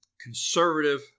conservative